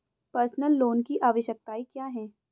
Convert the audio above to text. Personal loan की आवश्यकताएं क्या हैं?